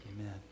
Amen